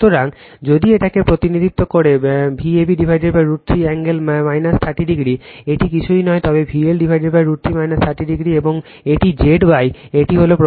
সুতরাং যদি এটিকে প্রতিনিধিত্ব করে Vab√ 3 কোণ 30 এটি কিছুই নয় তবে VL√ 3 30o এবং এটি Zy এটি হল প্রবাহিত I a